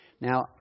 Now